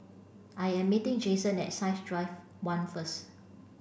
I am meeting Jason at Science Drive one first